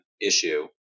issue